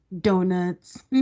donuts